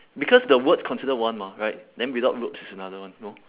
because the words considered one mah right then without ropes is another one no